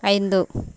ஐந்து